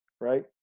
right